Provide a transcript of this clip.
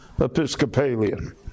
Episcopalian